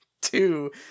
two